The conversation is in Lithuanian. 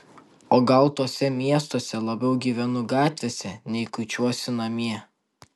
o gal tuose miestuose labiau gyvenu gatvėse nei kuičiuosi namie